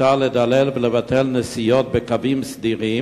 מותר לדלל ולבטל נסיעות בקווים סדירים?